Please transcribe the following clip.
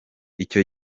icyo